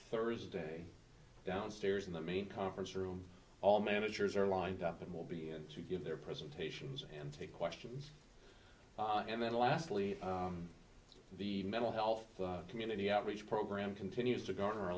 thursday downstairs in the main conference room all managers are lined up and will be in to give their presentations and take questions and then lastly the mental health community outreach program continues to garner a